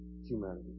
humanity